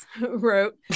wrote